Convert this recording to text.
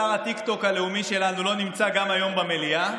שר הטיקטוק הלאומי שלנו לא נמצא גם היום במליאה.